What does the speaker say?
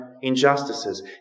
injustices